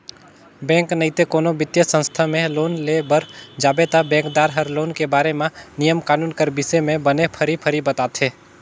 bank नइते कोनो बित्तीय संस्था में लोन लेय बर जाबे ता बेंकदार हर लोन के बारे म नियम कानून कर बिसे में बने फरी फरी बताथे